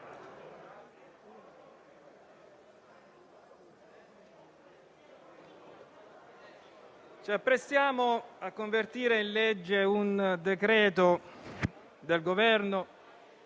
Ci apprestiamo a convertire in legge un decreto-legge del Governo,